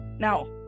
Now